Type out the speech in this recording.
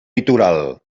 litoral